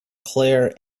clare